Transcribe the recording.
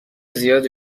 زیاد